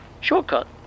Shortcut